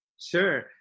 Sure